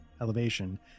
Elevation